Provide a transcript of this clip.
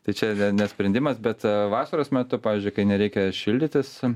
tai čia ne sprendimas bet vasaros metu pavyzdžiui kai nereikia šildytis